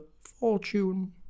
fortune